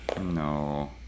No